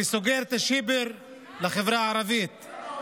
וסוגר את השיבר לחברה הערבית.